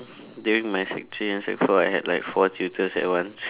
during my sec three and sec four I had like four tutors at once